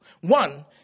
One